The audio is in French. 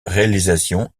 réalisation